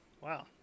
Wow